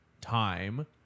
time